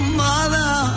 mother